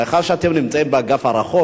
מאחר שאתם נמצאים באגף הרחוק,